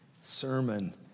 sermon